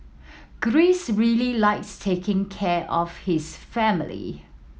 Greece really likes taking care of his family